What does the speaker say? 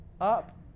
up